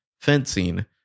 fencing